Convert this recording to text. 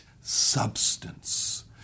substance